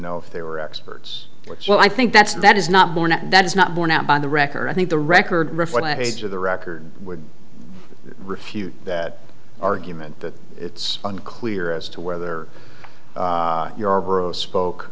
know if they were experts well i think that's that is not born that is not borne out by the record i think the record of the record would refute that argument that it's unclear as to whether your spoke